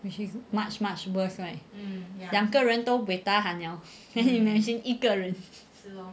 which is much much worse right 两个人都 buay tahan liao can you imagine 一个人